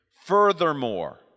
Furthermore